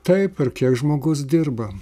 taip ir kiek žmogus dirba